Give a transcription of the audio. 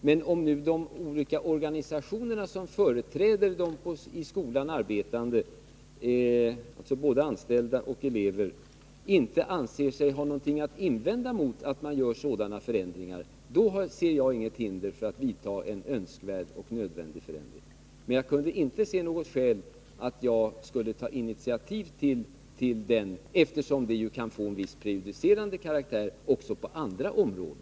Men om de olika organisationer som företräder de i skolan arbetande, både anställda och elever, inte anser sig ha något att invända mot sådana förändringar, ser jag inget hinder för att vidta en önskvärd och nödvändig förändring. Men jag kan inte se något skäl till att jag skall ta 157 initiativ till den, eftersom det kan få en viss prejudicerande verkan också på andra områden.